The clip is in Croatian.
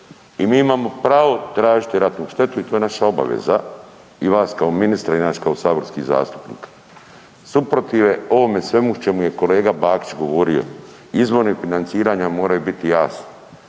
i mi imamo pravo tražiti ratnu štetu i to je naša obaveza i vas kao ministra i nas kao saborskih zastupnika. Suprotive ovome svemu o čemu je kolega Bakić govorio, izori financiranja moraju biti jasni.